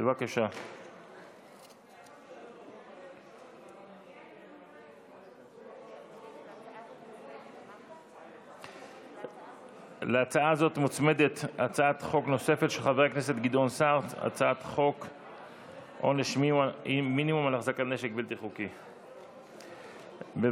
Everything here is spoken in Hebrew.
התש"ף 2020. בבקשה,